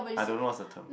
I don't know what's the term